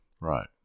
Right